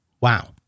Wow